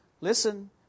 Listen